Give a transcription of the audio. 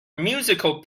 musical